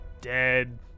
dead